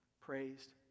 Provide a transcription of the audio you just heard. Praised